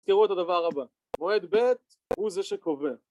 תראו את הדבר הבא, מועד ב' הוא זה שקובע